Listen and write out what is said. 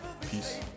Peace